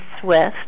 Swift